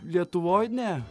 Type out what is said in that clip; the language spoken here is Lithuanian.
lietuvoj ne